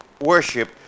worship